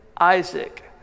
Isaac